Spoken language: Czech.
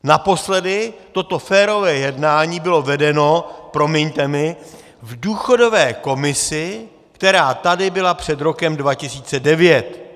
Naposledy toto férové jednání bylo vedeno, promiňte mi, v důchodové komisi, která tady byla před rokem 2009.